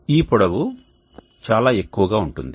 ఈ పొడవు చాలా ఎక్కువ పొడవుగా ఉంటుంది